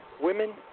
Women